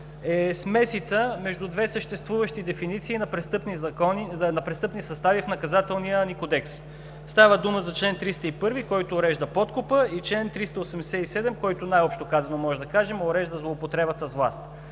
е смесица между две съществуващи дефиниции на престъпни състави в Наказателния ни кодекс. Става дума за чл. 301, който урежда подкупа, и чл. 387, който най-общо можем да кажем, че урежда злоупотребата с власт.